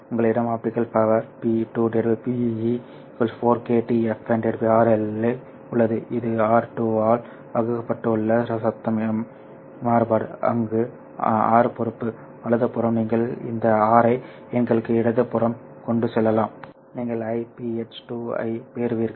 உங்களிடம் optical power P2 Be 4kTFn RL இல் உள்ளது இது R2 ஆல் வகுக்கப்பட்டுள்ள சத்தம் மாறுபாடு அங்கு R பொறுப்பு வலதுபுறம் நீங்கள் இந்த R ஐ எண்களுக்கு இடது புறம் கொண்டு செல்லலாம் நீங்கள் Iph 2 ஐப் பெறுவீர்கள்